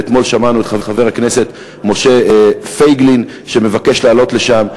ואתמול שמענו את חבר הכנסת משה פייגלין שמבקש לעלות לשם.